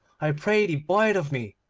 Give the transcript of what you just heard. i pray thee buy it of me,